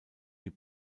die